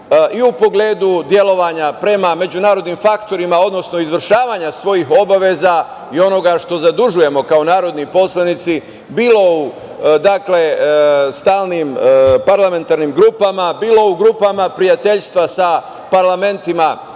i u pogledu delovanja prema međunarodnim faktorima, odnosno izvršavanja svojih obaveza i onoga što zadužujemo kao narodni poslanici, bilo u stalnim parlamentarnim grupama, bilo u grupama prijateljstva sa parlamentima